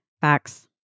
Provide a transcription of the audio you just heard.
Facts